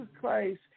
Christ